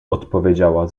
odpowiedziała